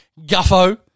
Guffo